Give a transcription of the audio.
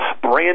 brand